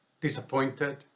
disappointed